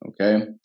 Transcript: Okay